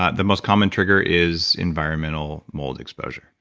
ah the most common trigger is environmental mold exposure.